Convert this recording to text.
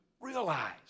realize